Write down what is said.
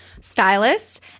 stylists